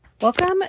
Welcome